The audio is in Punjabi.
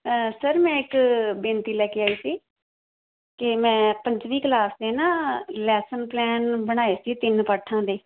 ਸਰ ਮੈਂ ਇੱਕ ਬੇਨਤੀ ਲੈ ਕੇ ਆਈ ਸੀ ਕਿ ਮੈਂ ਪੰਜਵੀਂ ਕਲਾਸ ਦੇ ਨਾ ਲੈਸਨ ਪਲੈਨ ਬਣਾਏ ਸੀ ਤਿੰਨ ਪਾਠਾਂ ਦੇ